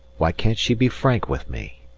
why can't she be frank with me?